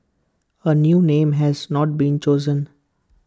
A new name has not been chosen